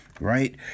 right